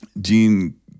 gene